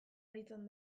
aritzen